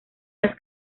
las